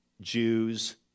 Jews